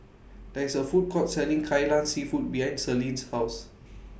There IS A Food Court Selling Kai Lan Seafood behind Selene's House